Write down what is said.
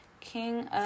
king